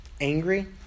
angry